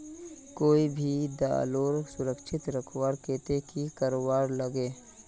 कोई भी दालोक सुरक्षित रखवार केते की करवार लगे?